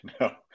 No